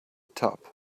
top